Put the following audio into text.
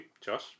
Josh